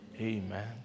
Amen